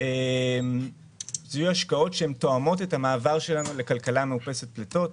סביב השקעות שתואמות את המעבר שלנו לכלכלה מאופסת פליטות.